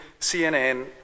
CNN